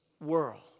world